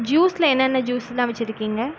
ஜூஸில் என்னென்ன ஜூஸ்லாம் வெச்சிருக்கீங்க